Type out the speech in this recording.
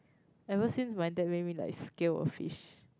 ever since my dad made me like scale a fish